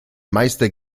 meister